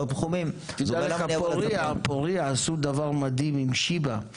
תחומים --- פורייה עשו דבר מדהים עם שיבא,